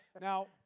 Now